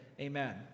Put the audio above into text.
Amen